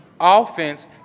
Offense